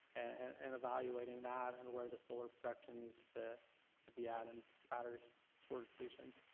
and evaluating that and where the solar production needs to to be added, battery storage solutions.